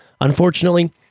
unfortunately